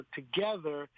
together